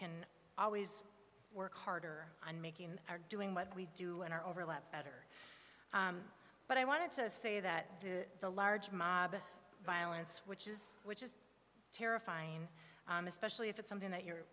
can always work harder on making our doing what we do in our overlap better but i wanted to say that the the large mob violence which is which is terrifying especially if it's something that you